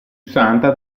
santa